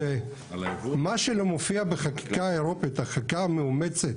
זה מה שלא מופיע בחקיקה האירופית, החקיקה המאומצת,